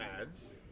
ads